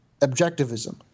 objectivism